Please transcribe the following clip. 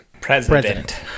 President